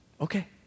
Okay